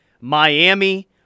Miami